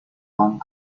uang